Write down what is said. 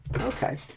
Okay